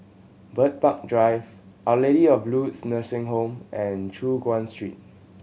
Bird Park Drive Our Lady of Lourdes Nursing Home and Choon Guan Street